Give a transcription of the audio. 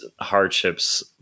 hardships